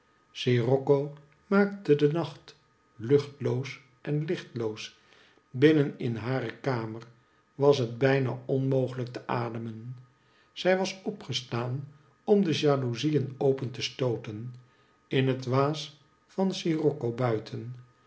scirocco maakte de nacht luchtloos en lichtloos binnen in hare kamer was het bijna onmogelijk te ademen zij was opgestaan om de jalouzieen open te stooten in het waas van scirocco buiten